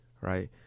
right